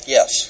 Yes